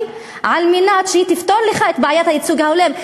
על מנת שהיא תפתור לך את בעיית הייצוג ההולם.